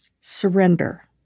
Surrender